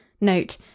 Note